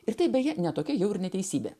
ir tai beje ne tokia jau ir neteisybė